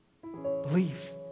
Believe